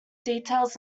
details